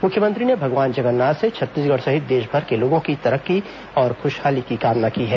मुख्यमंत्री ने भगवान ज गन्नाथ से छत्तीसगढ़ सहित देशभर के लोगों की तरक्की और खुशहाली की कामना की है